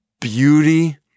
beauty